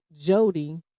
Jody